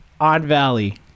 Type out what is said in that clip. oddvalley